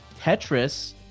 Tetris